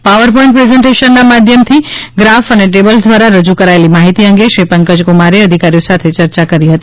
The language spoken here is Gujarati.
પાવર પોઇન્ટ પ્રેઝન્ટેશનના માધ્યમથી ગ્રાફ અને ટેબલ્સ દ્વારા રજુ કરાયેલી માહિતી અંગે શ્રી પંકજક્રમારે અધિકારીઓ સાથે ચર્ચા કરી હતી